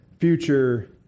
Future